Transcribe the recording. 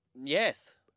Yes